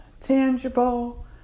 tangible